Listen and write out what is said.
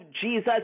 Jesus